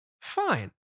fine